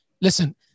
Listen